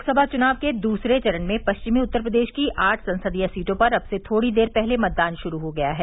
लोकसभा चुनाव के दूसरे चरण में पश्चिमी उत्तर प्रदेश की आठ संसदीय सीटों पर अब से थोड़ी देर पहले मतदान शुरू हो गया है